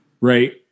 Right